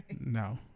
No